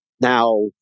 Now